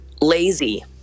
lazy